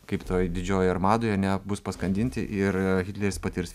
kaip toj didžiojoj armadoj ane bus paskandinti ir hitleris patirs